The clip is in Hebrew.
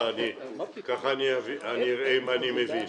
אני אסביר לך וככה אראה אם אני מבין בעצמי.